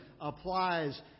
applies